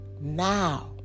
Now